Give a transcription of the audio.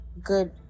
Good